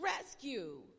rescue